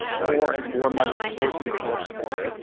more and more money pours into college sports,